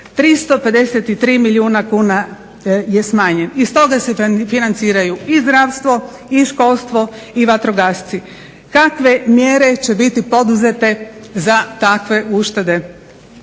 353 milijuna kuna je smanjen. Iz toga se financiraju i zdravstvo i školstvo i vatrogasci. Kakve mjere će biti poduzete za takve uštede